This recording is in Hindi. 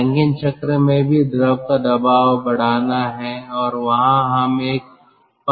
रैंकिन चक्र में भी द्रव का दबाव बढ़ाना है और वहां हम एक पंप का इस्तेमाल कर रहे हैं